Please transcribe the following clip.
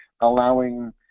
allowing